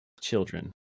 children